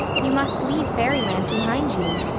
you must leave fairyland behind you.